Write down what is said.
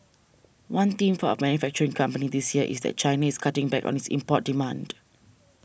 one theme for our manufacturing company this year is that Chinese cutting back on its import demand